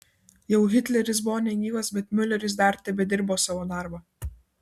jau hitleris buvo negyvas bet miuleris dar tebedirbo savo darbą